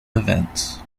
events